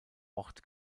ort